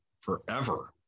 forever